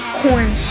corn